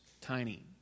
tiny